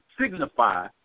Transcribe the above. signify